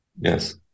yes